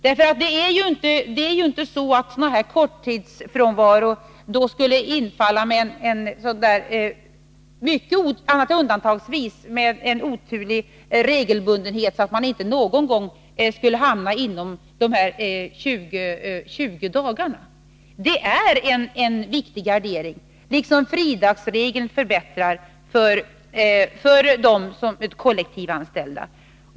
Man kan inte anta att en sådan här korttidsfrånvaro annat än undantagsvis skulle infalla med en sådan regelbundenhet att man inte någon gång skulle hamna inom dessa 20 dagar. Det är en viktig gardering, vilken liksom fridagsregeln förbättrar för de kollektivanställda.